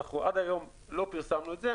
עד היום לא פרסמנו את זה.